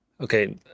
Okay